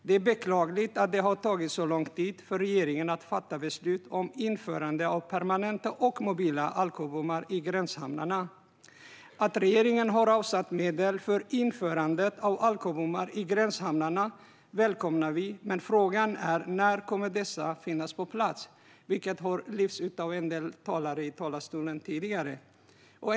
Det är beklagligt att det har tagit så lång tid för regeringen att fatta beslut om införande av permanenta och mobila alkobommar i gränshamnarna. Att regeringen har avsatt medel för införandet av alkobommar i gränshamnarna välkomnar vi, men frågan är när dessa kommer att finnas på plats, vilket tidigare har lyfts fram i talarstolen av en del talare.